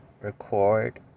record